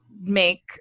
make